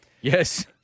Yes